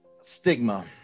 stigma